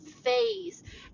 phase